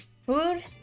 food